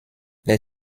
les